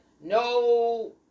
no